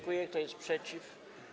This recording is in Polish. Kto jest przeciw?